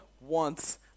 wants